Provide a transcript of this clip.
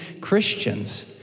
Christians